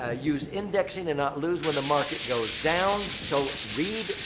ah use indexing and not lose when the market goes down. so, read,